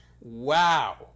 wow